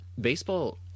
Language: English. baseball –